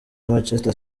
manchester